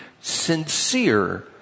sincere